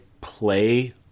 play